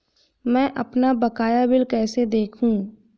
मैं अपना बकाया बिल कैसे देखूं?